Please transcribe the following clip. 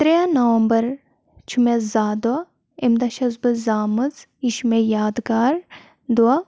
ترٛےٚ نَوَمبر چھُ مےٚ زاہ دۄہ اَمہِ دۄہ چھَس بہٕ زامٕژ یہِ چھُ مےٚ یادگار دۄہ